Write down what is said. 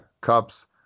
Cups